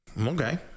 Okay